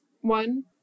one